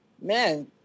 man